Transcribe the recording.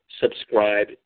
subscribe